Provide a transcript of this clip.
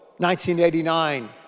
1989